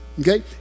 okay